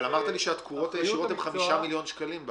אבל אמרת לי שהתקורות הישירות הן 5 מיליון שקלים.